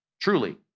Truly